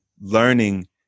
learning